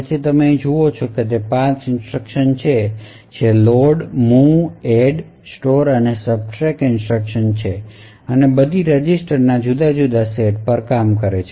તેથી તમે જે અહીં જુઓ છો તે 5 ઇન્સટ્રકશન છે જે તે લોડ મૂવ એડ સ્ટોર અને સબટ્રેક્ટ ઇન્સટ્રકશન છે અને તે બધી રજિસ્ટર ના જુદા જુદા સેટ પર કામ કરે છે